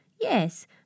Yes